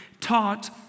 taught